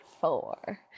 four